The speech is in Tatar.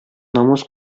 намус